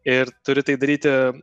ir turi tai daryti